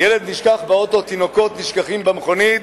תינוקות נשכחים במכונית,